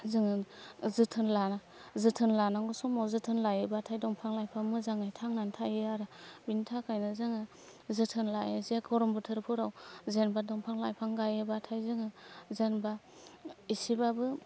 जोङो जोथोन जोथोन लानांगौ समाव जोथोन लायोबाथाय दंफाङा मोजाङै थांनानै थायो आरो बेनि थाखायनो जोङो जोथोन लायो जे गरम बोथोरफोराव जेनेबा दंफां लाइफां गाइयोबाथाय जोङो जेनेबा एसेबाबो